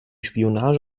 spionage